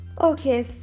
okay